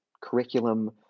curriculum